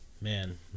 Man